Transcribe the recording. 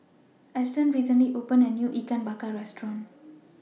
Eston recently opened A New Ikan Bakar Restaurant